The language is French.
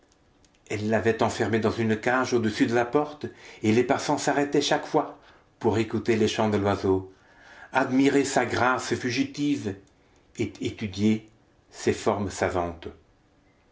elles l'avaient enfermé dans une cage au-dessus de la porte et les passants s'arrêtaient chaque fois pour écouter les chants de l'oiseau admirer sa grâce fugitive et étudier ses formes savantes